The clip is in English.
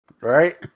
right